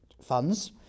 funds